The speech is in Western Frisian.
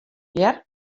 hear